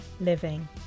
living